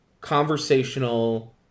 conversational